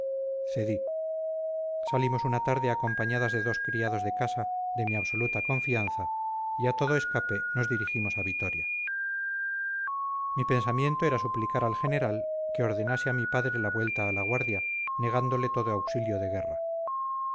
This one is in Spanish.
salimos una tarde acompañadas de dos criados de casa de mi absoluta confianza y a todo escape nos dirigimos a vitoria mi pensamiento era suplicar al general que ordenase a mi padre la vuelta a la guardia negándole todo auxilio de guerra